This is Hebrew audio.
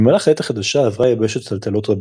במהלך העת החדשה, עברה היבשת טלטלות רבות,